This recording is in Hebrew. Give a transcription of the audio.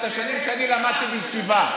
את השנים שאני למדתי בישיבה.